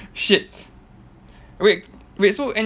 shit wait wait so